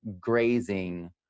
grazing